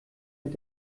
mit